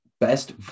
best